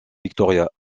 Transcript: victoria